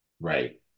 right